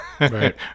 right